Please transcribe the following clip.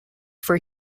for